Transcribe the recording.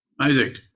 Isaac